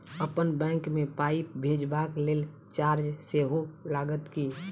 अप्पन बैंक मे पाई भेजबाक लेल चार्ज सेहो लागत की?